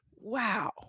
wow